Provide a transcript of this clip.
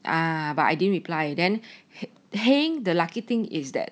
um but I didn't reply then heng the lucky thing is that